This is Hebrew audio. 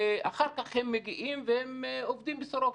אחר כך הם מגיעים ועובדים בסורוקה,